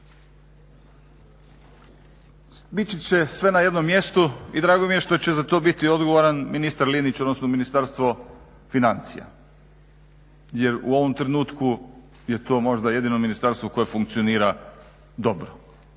Biti će sve na jednom mjestu i drago mi je što će za to biti odgovoran ministar Linić odnosno Ministarstvo financija jer u ovom trenutku je to možda jedino ministarstvo koje funkcionira dobro.